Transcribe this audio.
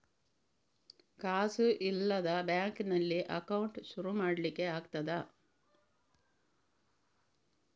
ಕಾಸು ಇಲ್ಲದ ಬ್ಯಾಂಕ್ ನಲ್ಲಿ ಅಕೌಂಟ್ ಶುರು ಮಾಡ್ಲಿಕ್ಕೆ ಆಗ್ತದಾ?